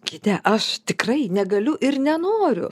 gide aš tikrai negaliu ir nenoriu